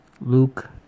Luke